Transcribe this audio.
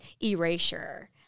Erasure